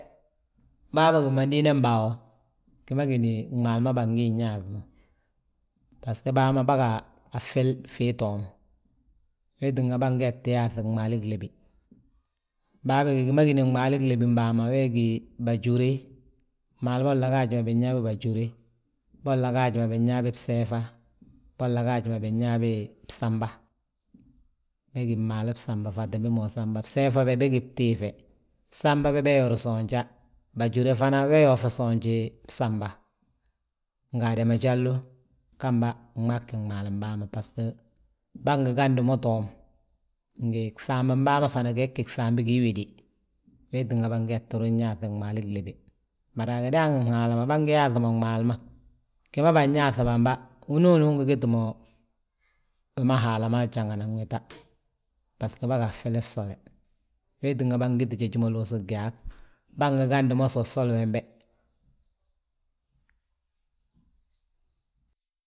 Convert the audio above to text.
Bâa bógi mandina bâa wo, gi ma gíni gmaalu ma bângi yaaŧi mo. Basgo bâa ma bâga a ffil fii toom, wee tínga bângeeti yaaŧi gmaalu glébe. Bâa bége gi ma gini gmaalu glébin bâa ma, wee gí bajúre, mmaalu bolla gaaj binyaa bi bajúre. Bolla gaaj binyaa bi bseefa, bolla gaaji ma binyaa bi bsamba, bégi mmaalu bsamba fatin bi ma usamba; Bseefa be, begí btiife, bsamba be beyori soonja, bajúre fana we yoof soonji bsamba. Nga amadajalo, gemba gmaa gí gmaalum bâa ma, basgo bângi gandi mo toom. Ngi gŧambi bâa ma fana gee gí gŧambe gii wéde, wee tínga bâgee ttu ruŋ yaaŧi gmaali lébe. Bari a gidaangin Haala ma bângi yaaŧi mo gmaalu ma. Gi ma bânyaaŧi bamba, hinooni ungi giti mo wi ma Haala ma jangana wita, basgo bâa ffili fsole. Wee tínga bângiti jeji ma luusi gyaaŧ. Bân ngi gandi mo sosoli wembe.